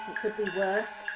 could be worse,